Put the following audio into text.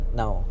now